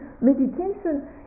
meditation